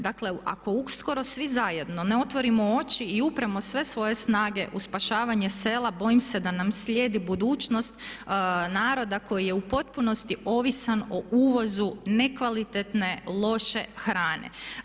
Dakle, ako uskoro svi zajedno ne otvorimo oči i upremo sve svoje snage u spašavanje sela bojim se da nam slijedi budućnost naroda koji je u potpunosti ovisan o uvozu nekvalitetne, loše hrane.